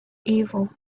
evil